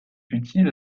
utile